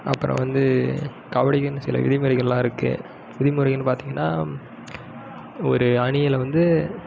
அப்பறம் வந்து கபடிக்குனு சில விதிமுறைகள்லாம் இருக்கு விதிமுறைன்னு பார்த்தீங்கனா ஒரு அணியில் வந்து